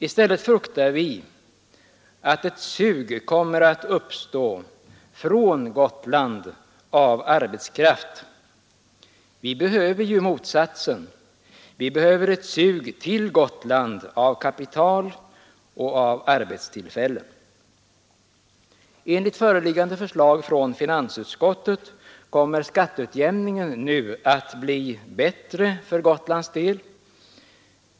I stället fruktar vi att det kommer att uppstå enn sug från Gotland av arbetskraft. Vi behöver motsatsen — vi behöver ett sug till Gotland av kapital och arbetstillfällen. Enligt föreliggande förslag från finansutskottet kommer skatteutjämningen nu att bli bättre för Gotlands del.